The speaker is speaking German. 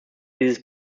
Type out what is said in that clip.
dieses